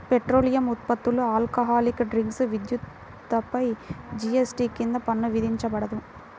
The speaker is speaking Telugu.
పెట్రోలియం ఉత్పత్తులు, ఆల్కహాలిక్ డ్రింక్స్, విద్యుత్పై జీఎస్టీ కింద పన్ను విధించబడదు